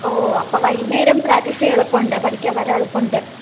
ഓ അപ്പം വൈകുന്നേരം പ്രാക്ടീസ് ചെയ്യാൻ എളുപ്പമുണ്ട് പഠിക്കാൻ വരാൻ എളുപ്പമുണ്ട്